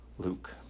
Luke